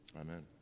Amen